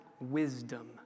wisdom